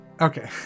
okay